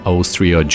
Austria